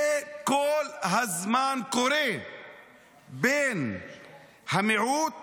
זה כל הזמן קורה בין המיעוט